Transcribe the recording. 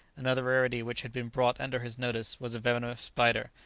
another rarity which had been brought under his notice was a venomous spider,